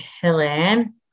Helen